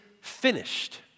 finished